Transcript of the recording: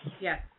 Yes